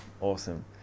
Awesome